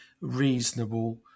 reasonable